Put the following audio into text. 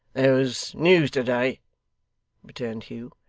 there was news to-day returned hugh.